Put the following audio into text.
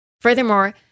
Furthermore